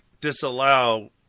disallow